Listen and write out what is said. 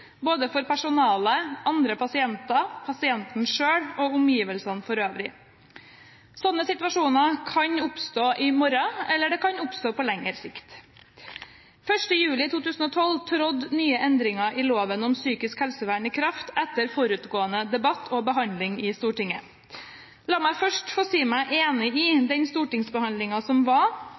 både for personalet, andre pasienter, pasienten selv og omgivelsene for øvrig. Slike situasjoner kan oppstå i morgen, eller de kan oppstå på lengre sikt. Den 1. juli 2012 trådte nye endringer i loven om psykisk helsevern i kraft, etter forutgående debatt og behandling i Stortinget. La meg først få si meg enig i den stortingsbehandlingen som var,